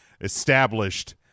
established